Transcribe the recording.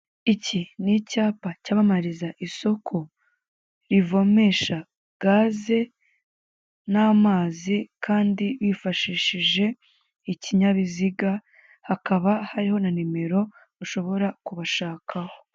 Iki ni icayapa cyamamariza isoko rivomesha gaze n'amazi kandi bifashihije ikinyabiziga, hakaba hariho na nimero ushobora kubashakaho.